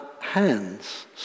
hands